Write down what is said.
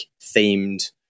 themed